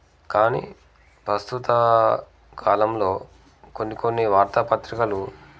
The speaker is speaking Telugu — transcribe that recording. కానీ ప్రస్తుత కాలంలో కొన్ని కొన్ని వార్తాపత్రికలు